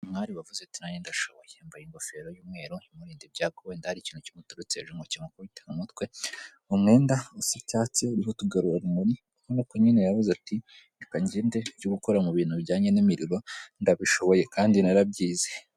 Umwari wavuze ati nange ndashoboye, yambaye ingofero y'umweru imurinda ibyago wenda hari ikintu kimuturutse hejuru ngo kimukubite mu mutwe, mu mwenda usa icyatsi uriho utugarurarumuri, nk'uko nyine yavuze ati reka ngende njye gukora mu bintu bijyanye n'imiriro ndabishoboye kandi narabyize.